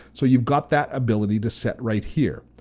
so you've got that ability to set right here.